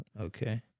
Okay